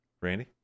Randy